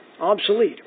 obsolete